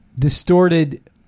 distorted